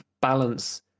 balance